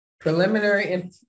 Preliminary